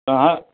तव्हां